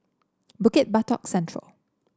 Bukit Batok Central